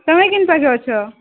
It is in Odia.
ତମେ କିନ୍ ପାଖେ ଅଛ